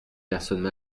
personnes